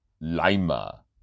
Lima